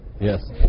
yes